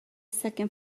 second